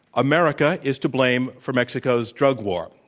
america is to blame for mexico's drug war.